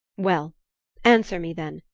well answer me, then.